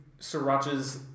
Sriracha's